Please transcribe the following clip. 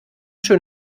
schön